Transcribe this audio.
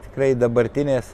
tikrai dabartinės